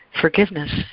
forgiveness